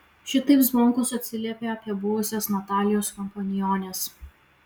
šitaip zvonkus atsiliepė apie buvusias natalijos kompaniones